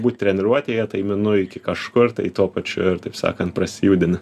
būt treniruotėje tai minu iki kažkur tai tuo pačiu ir taip sakan prasijudinti